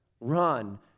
Run